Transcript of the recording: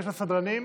עשר דקות לרשותך.